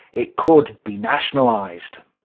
it could be nationalized.